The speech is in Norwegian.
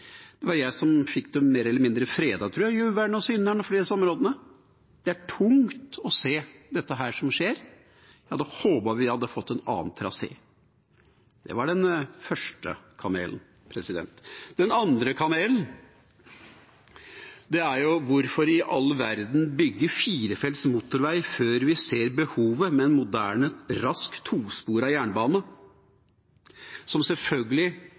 Det var jeg som fikk dem mer eller mindre fredet, tror jeg, Juveren og Synneren og flere av disse områdene. Det er tungt å se dette som skjer, og jeg hadde håpet at vi hadde fått en annen trasé. Det var den første kamelen. Den andre kamelen er: Hvorfor i all verden bygge firefelts motorvei før vi ser behovet med en moderne, rask, tosporet jernbane, noe som selvfølgelig